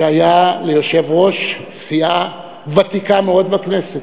שהיה ליושב-ראש סיעה ותיקה מאוד בכנסת,